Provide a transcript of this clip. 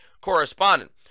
correspondent